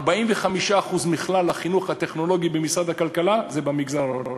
45% מכלל החינוך הטכנולוגי במשרד הכלכלה הם במגזר הערבי.